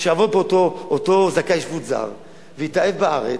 שיעבוד אותו זכאי שבות זר ויתאהב בארץ,